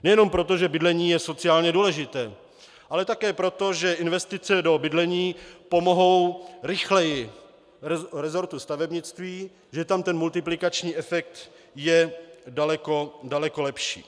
Nejenom proto, že bydlení je sociálně důležité, ale také proto, že investice do bydlení pomohou rychleji resortu stavebnictví, že tam ten multiplikační efekt je daleko lepší.